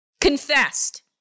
confessed